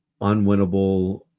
unwinnable